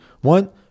One